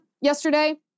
yesterday